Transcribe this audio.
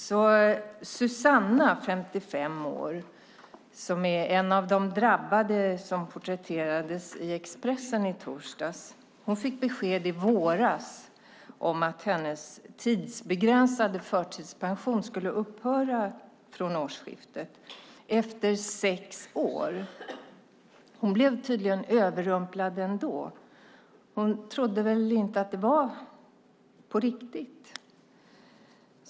Susanna, 55 år, som är en av de drabbade som porträtterades i Expressen i torsdags, fick besked i våras om att hennes tidsbegränsade förtidspension skulle upphöra från årsskiftet, efter sex år. Hon blev tydligen överrumplad ändå. Hon trodde väl inte att det var på riktigt.